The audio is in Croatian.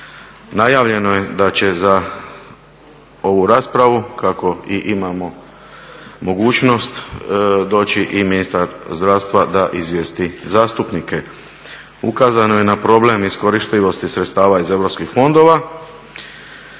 Najavljeno je da će za ovu raspravu kako i imamo mogućnost doći i ministar zdravstva da izvijesti zastupnike. Ukazano je na problem iskoristivosti sredstava iz Europskih fondova